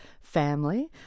family